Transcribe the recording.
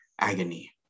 agony